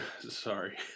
sorry